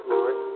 Lord